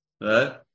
Right